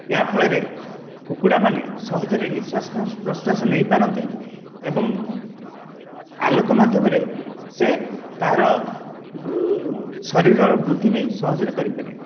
ଏହା ଫଳରେ କୁକୁଡ଼ା ମାନେ ସହଜରେ ନିଶ୍ଵାସ ପ୍ରଶ୍ଵାସ ନେଇ ପାରନ୍ତି ଏବଂ ଆଲୋକ ମାଧ୍ୟମରେ ସେ ତାର ଶରୀରର ବୃଦ୍ଧି ବି ସହଜରେ କରିପାରେ